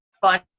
fun